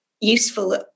useful